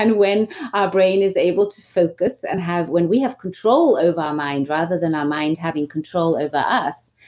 and when our brain is able to focus and have. when we have control over our mind rather than our mind having control over us,